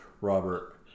Robert